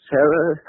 Sarah